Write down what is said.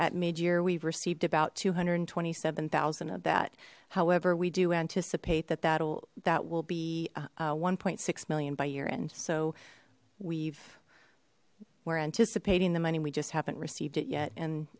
year we've received about two hundred and twenty seven thousand of that however we do anticipate that that will that will be one point six million by year in so we've we're anticipating the money we just haven't received it yet and